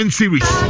series